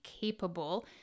capable